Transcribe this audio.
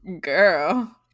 girl